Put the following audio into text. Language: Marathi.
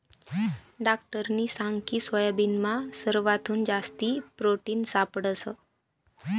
डाक्टरनी सांगकी सोयाबीनमा सरवाथून जास्ती प्रोटिन सापडंस